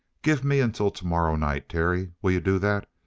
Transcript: give me until tomorrow night, terry. will you do that?